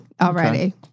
already